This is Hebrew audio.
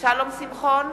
שלום שמחון,